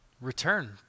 return